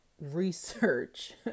research